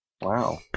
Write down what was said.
Wow